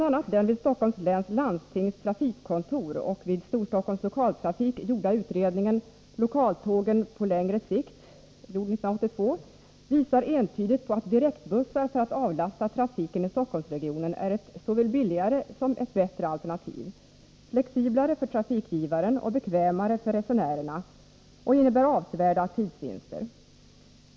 a. den av Stockholms läns landstings trafikkontor och av Storstockholms Lokaltrafik 1982 gjorda utredningen Lokaltågen på längre sikt visar entydigt på att direktbussar för att avlasta trafiken i Stockholmsregionen är ett såväl billigare som bättre alternativ — flexiblare för trafikgivaren och bekvämare för resenärerna samt ger avsevärda tidsvinster.